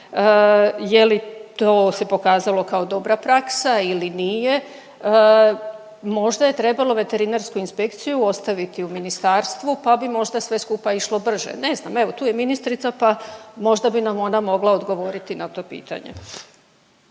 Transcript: je li to se pokazalo kao dobra praksa ili nije. Možda je trebalo veterinarsku inspekciju ostaviti u ministarstvu pa bi možda sve skupa išlo brže. Ne znam, evo tu je ministrica pa možda bi nam ona mogla odgovoriti na to pitanje.